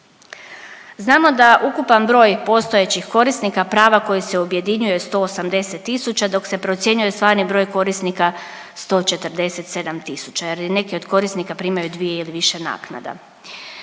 Znamo da ukupan broj postojećih korisnika prava koji se objedinjuje je 180 tisuća dok se procjenjuje stvarni broj korisnika 147 tisuća jer neki od korisnika primaju dvije ili više naknada.